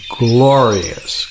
glorious